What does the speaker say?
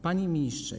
Panie Ministrze!